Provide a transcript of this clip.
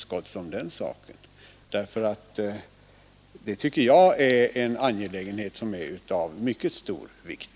Vad som där tas upp tycker jag är en angelägenhet av mycket stor vikt.